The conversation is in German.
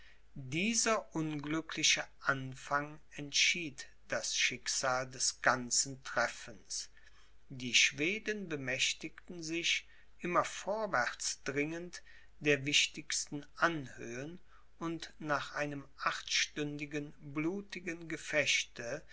dieser unglückliche anfang entschied das schicksal des ganzen treffens die schweden bemächtigten sich immer vorwärts dringend der wichtigsten anhöhen und nach einem achtstündigen blutigen gefechte